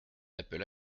appela